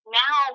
now